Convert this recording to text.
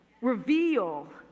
Reveal